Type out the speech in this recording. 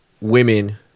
women